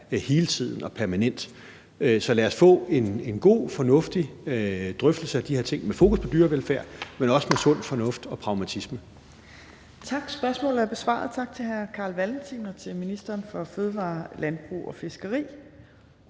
hele tiden, altså permanent. Så lad os få en god, fornuftig drøftelse af de her ting med fokus på dyrevelfærd, men også med sund fornuft og pragmatisme. Kl. 15:20 Tredje næstformand (Trine Torp): Tak. Spørgsmålet er besvaret. Tak til hr. Carl Valentin, og tak til ministeren for fødevarer, landbrug og fiskeri.